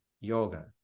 yoga